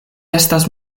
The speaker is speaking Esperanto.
estas